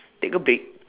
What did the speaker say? take a break